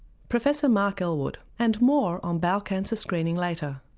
professor mark elwood. and more on bowel cancer screening later.